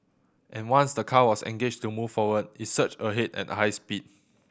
and once the car was engaged to move forward it surged ahead at high speed